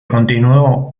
continuó